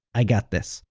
i got this,